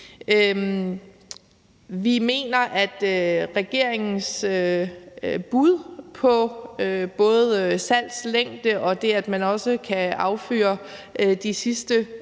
Vi mener, at regeringens bud på både salgslængde og det, at man også kan affyre de sidste